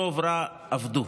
טוב, רע, עבדו.